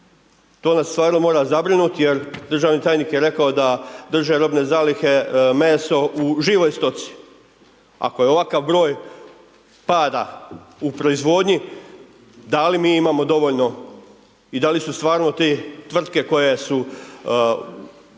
To nas stvarno mora zabrinuti jer državni tajnik je rekao da drže robne zalihe, meso u živoj stoci. Ako je ovakav broj pada u proizvodnji, da li mi imamo dovoljno i da li su stvarno te tvrtke koje su,